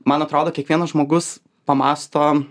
man atrodo kiekvienas žmogus pamąsto